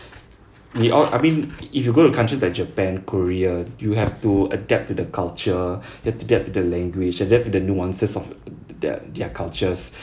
we all I mean if you go to countries like japan korea you have to adapt to the culture adapt adapt to the language adapt to the nuances of that their cultures